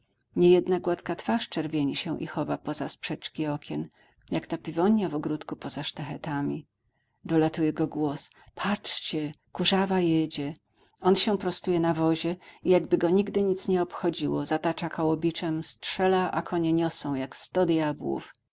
niejedna gładka twarz czerwieni się i chowa poza sprzeczki okien jak ta piwonja w ogródku poza sztachetami dolatuje go głos patrzcie kurzawa jedzie on się prostuje na wozie i jakby go nigdy nic nie obchodziło zatacza koło biczem strzela a konie niosą jak